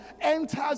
enters